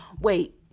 wait